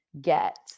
get